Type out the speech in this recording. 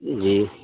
جی